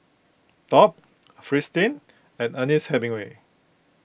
Top Fristine and Ernest Hemingway